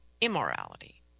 immorality